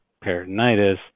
peritonitis